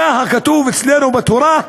ככה כתוב אצלנו בתורה: